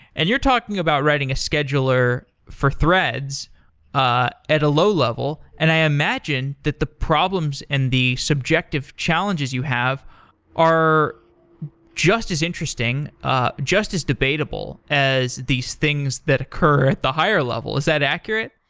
and you're talking about writing a scheduler scheduler for threads ah at a low level, and i imagine that the problems and the subjective challenges you have are just as interesting, ah just as debatable as these things that occur at the higher level. is that accurate?